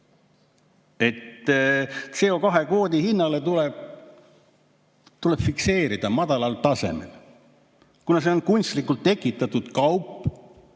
et CO2-kvoodi hind tuleb fikseerida madalal tasemel, kuna see on kunstlikult tekitatud kaup,